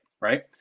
right